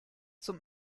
zum